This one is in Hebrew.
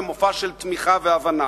במופע של תמיכה והבנה?